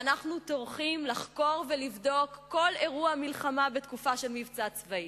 ואנחנו טורחים לחקור ולבדוק כל אירוע מלחמה בתקופה של מבצע צבאי.